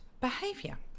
behavior